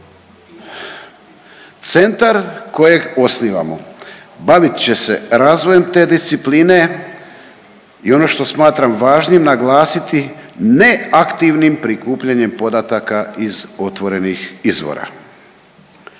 Centar kojeg osnivamo bavit će se razvojem te discipline i ono što smatram važnim naglasiti neaktivnim prikupljanjem podataka iz otvorenih izvora.